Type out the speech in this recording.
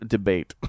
Debate